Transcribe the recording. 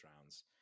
rounds